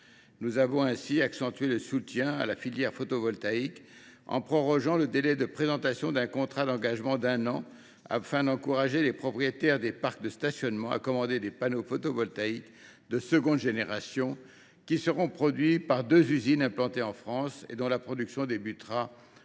commission a accentué le soutien apporté à la filière photovoltaïque en prorogeant d’un an le délai de présentation d’un contrat d’engagement, afin d’encourager les propriétaires de parcs de stationnement à commander des panneaux photovoltaïques de seconde génération, qui seront produits par deux usines implantées en France dont la production commencera